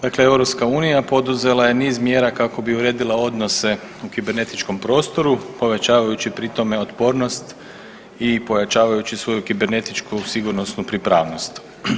Dakle, EU poduzela je niz mjera kako bi uredila odnose u kibernetičkom prostoru povećavajući pri tome otpornost i pojačavajući svoju kibernetičku sigurnosnu pripravnost.